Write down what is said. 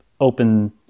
open